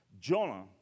Jonah